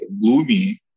gloomy